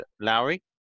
Lowry